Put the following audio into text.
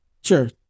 sure